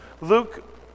Luke